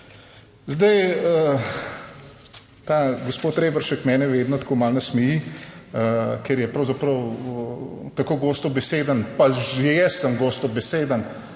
Zdaj ta gospod Reberšek mene vedno tako malo nasmeji, ker je pravzaprav tako gostobeseden, pa že jaz sem gostobeseden,